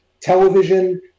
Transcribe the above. Television